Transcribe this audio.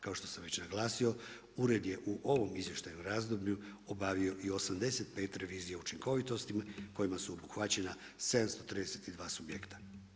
Kao što sam već naglasio, ured je u ovom izvještajnom razdoblju obavio i 85 revizija učinkovitosti kojima su obuhvaćena 732 subjekta.